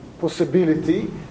possibility